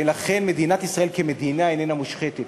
ולכן מדינת ישראל כמדינה איננה מושחתת.